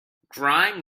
grime